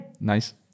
Nice